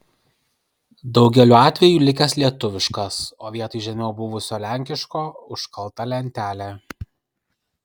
daugeliu atveju likęs lietuviškas o vietoj žemiau buvusio lenkiško užkalta lentelė